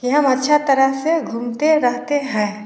कि हम अच्छा तरह से घूमते रहते हैं